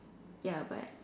ya but